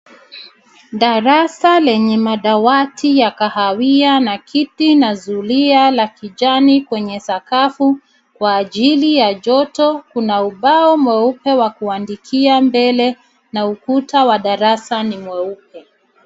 Darasa lenye madawati ya kahawia na kiti na zulia la kijani kwrnye sakafu kwa ajili ya joto. Kuna ubao mweupe wa kuandikia mbele na ukuta wa darasa ni mweupe.